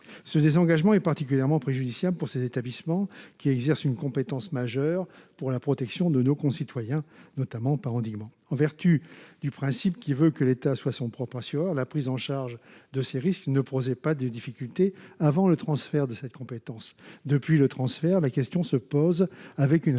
ce désengagement est particulièrement préjudiciable pour ces établissements, qui exerce une compétence majeure pour la protection de nos concitoyens, notamment par endettement, en vertu du principe qui veut que l'État soit son propre assureur, la prise en charge de ces risques ne posait pas des difficultés avant le transfert de cette compétence depuis le transfert, la question se pose avec une réelle